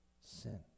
sin